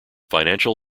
financial